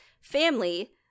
Family